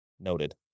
noted